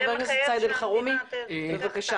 חבר הכנסת סעיד אלחרומי, בבקשה.